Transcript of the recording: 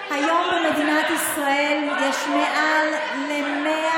היום במדינת ישראל יש מעל ל-100,000,